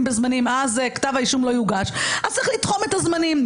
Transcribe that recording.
בזמנים אז כתב האישום לא יוגש צריך לתחום את הזמנים.